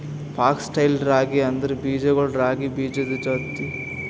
fox tail ರಾಗಿ ಅಂದುರ್ ಬೀಜಗೊಳ್ ರಾಗಿ ಬೀಜದ್ ಜಾತಿಗೊಳ್ದಾಗ್ ಬರ್ತವ್ ಮತ್ತ ಬೀಜಕ್ ಕಂಗ್ನಿ ಬೀಜ ಅಂತಾರ್